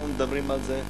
אנחנו מדברים על זה.